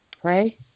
pray